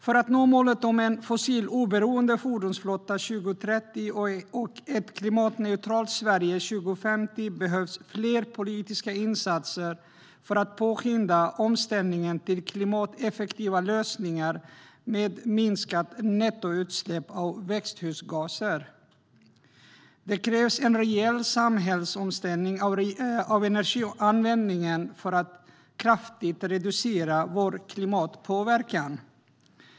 För att nå målet om en fossiloberoende fordonsflotta 2030 och ett klimatneutralt Sverige 2050 behövs flera politiska insatser för att påskynda omställningen till klimateffektiva lösningar med minskat nettoutsläpp av växthusgaser. Det krävs en reell samhällsomställning av energianvändningen för att kraftigt reducera vår klimatpåverkan.